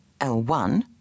L1